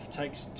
takes